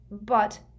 But